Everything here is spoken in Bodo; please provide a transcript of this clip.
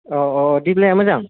औ औ दिबलाया मोजां